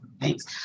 thanks